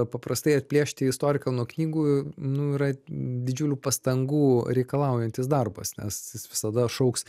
paprastai atplėšti istoriką nuo knygų nu yra didžiulių pastangų reikalaujantis darbas nes jis visada šauks